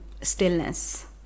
stillness